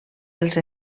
els